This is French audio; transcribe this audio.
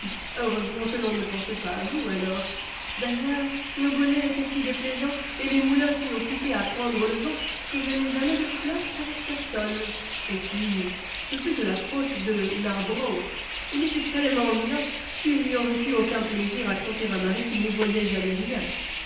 heureusement que l'on ne pensait pas à vous alors d'ailleurs nos bonnets étaient si déplaisants et les moulins si occupés à prendre le vent que je n'eus jamais de flirt avec personne et puis ce fut de la faute de narborough il était tellement myope qu'il n'y aurait eu aucun plaisir à tromper un mari qui n'y voyait jamais rien